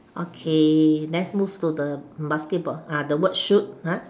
okay let's move to the basketball uh the word shoot !huh!